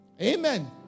Amen